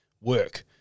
work